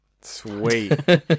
Sweet